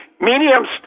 mediums